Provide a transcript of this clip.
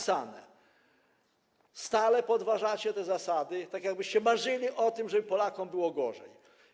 Stale podważacie te zasady, jakbyście marzyli o tym, żeby Polakom było gorzej.